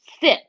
sit